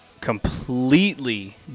completely